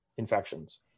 infections